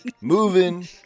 moving